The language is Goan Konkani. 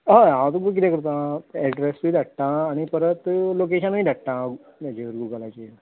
हय हांव तुमकां किदें करता एड्रेसूय धाडटा आनी परत लोकेशनूय धाडटा हेजेर गुगलाचेर